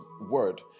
word